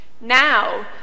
Now